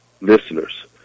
listeners